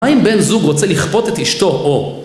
האם בן זוג רוצה לכפות את אשתו, או?